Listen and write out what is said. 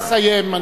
אני מציע לסיים.